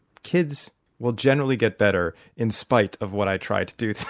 kids will generally get better in spite of what i try to do